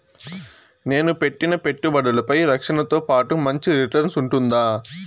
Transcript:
నేను పెట్టిన పెట్టుబడులపై రక్షణతో పాటు మంచి రిటర్న్స్ ఉంటుందా?